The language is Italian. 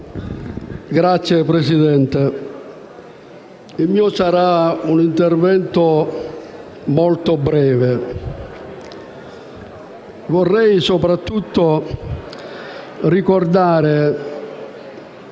Signora Presidente, il mio sarà un intervento molto breve. Vorrei soprattutto ricordare